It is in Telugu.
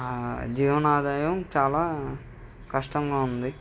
జీవనాదాయం చాలా కష్టంగా ఉంది